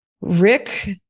Rick